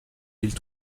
ils